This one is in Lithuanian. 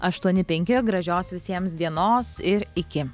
aštuoni penki gražios visiems dienos ir iki